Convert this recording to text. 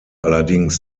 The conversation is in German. allerdings